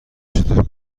چطور